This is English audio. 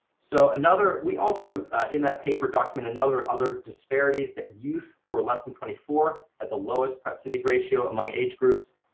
so another, we also in that paper documented other other disparities that youth who are less than twenty four had the lowest prep-to-need ratio among age groups.